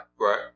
Right